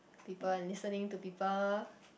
people and listening to people